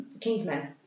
Kingsman